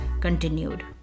continued